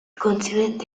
continente